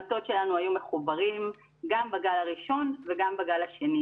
המטות שלנו היו מחוברים גם בגל הראשון וגם בגל השני.